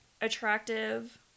attractive